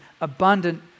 abundant